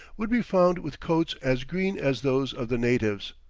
would be found with coats as green as those of the natives.